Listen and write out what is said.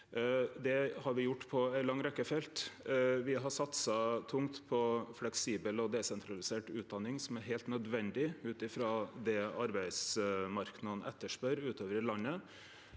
Det har me gjort på ei lang rekkje felt. Me har satsa tungt på fleksibel og desentralisert utdanning, som er heilt nødvendig ut frå det arbeidsmarknaden etterspør utover i landet.